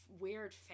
weird